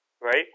right